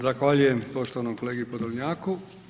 Zahvaljujem poštovanom kolegi Podolnjaku.